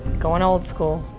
going old school.